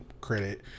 credit